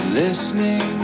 listening